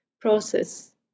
process